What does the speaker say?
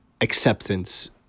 acceptance